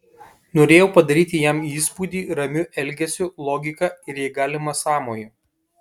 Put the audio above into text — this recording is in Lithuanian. norėjau padaryti jam įspūdį ramiu elgesiu logika ir jei galima sąmoju